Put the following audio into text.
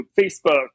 Facebook